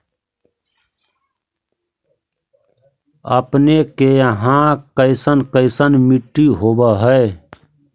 अपने के यहाँ कैसन कैसन मिट्टी होब है?